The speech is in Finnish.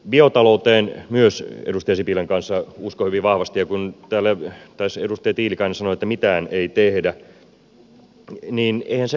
biotalouteen myös edustaja sipilän kanssa uskon hyvin vahvasti ja kun täällä taisi edustaja tiilikainen sanoa että mitään ei tehdä niin eihän se ole totta